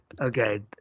okay